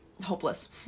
hopeless